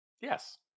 Yes